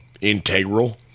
Integral